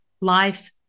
life